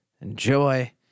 enjoy